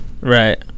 Right